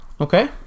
Okay